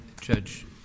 Judge